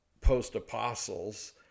post-apostles